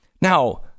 Now